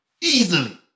Easily